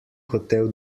hotel